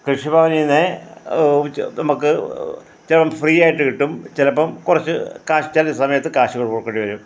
കൃഷിഭവനിൽ നിന്ന് നമുക്ക് ചിലപ്പം ഫ്രീ ആയിട്ട് കിട്ടും ചിലപ്പം കുറച്ച് കാശ് ചില സമയത്ത് കാശുകൾ കൊടുക്കേണ്ടി വരും